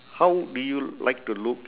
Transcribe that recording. how do you like to look